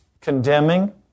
condemning